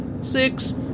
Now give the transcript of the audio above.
six